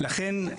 לכן,